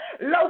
low